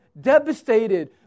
devastated